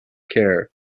care